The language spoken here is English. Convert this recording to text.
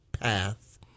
path